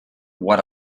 what